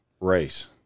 race